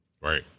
Right